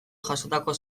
jasotako